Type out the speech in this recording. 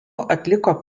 atliko